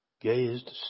gazed